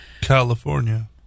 California